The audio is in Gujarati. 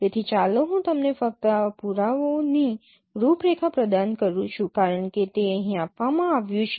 તેથી ચાલો હું તમને ફક્ત આ પુરાવોની રૂપરેખા પ્રદાન કરું છું કારણ કે તે અહીં આપવામાં આવ્યું છે